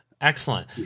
excellent